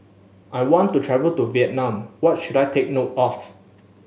I want to travel to Vietnam What should I take note of